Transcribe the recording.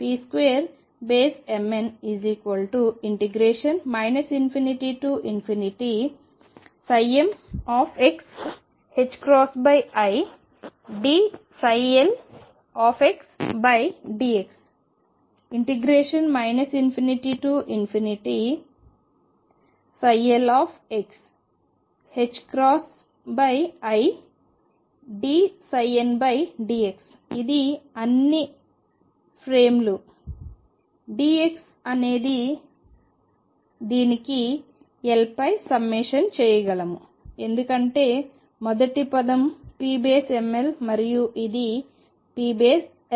p2 గురించి చూద్దాం mn2 ∞mxi dldx ∞lxidndx ఇది అన్ని ప్రైమ్ లు dx దీనిని l పై సమ్మేషన్ చేయగలము ఎందుకంటే మొదటి పదం pml మరియు ఇది pln